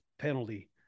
penalty